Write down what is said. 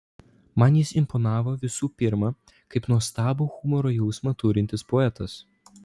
man jis imponavo visų pirma kaip nuostabų humoro jausmą turintis poetas